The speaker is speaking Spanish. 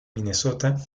minnesota